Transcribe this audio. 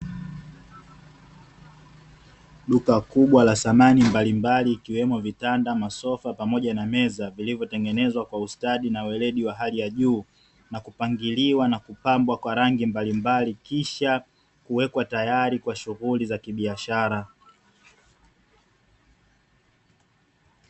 Duka kubwa la samani mbalimbali ikiwemo: vitanda, masofa, pamoja na meza vilivyotengenezwa kwa ustadi na weledi wa hali ya juu na kupangiliwa na kupambwa kwa rangi mbalimbali kisha kuwekwa tayari kwa shughuli za kibiashara.